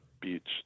beach